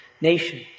nation